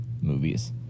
movies